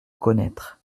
connaître